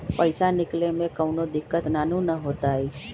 पईसा निकले में कउनो दिक़्क़त नानू न होताई?